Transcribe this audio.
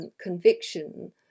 conviction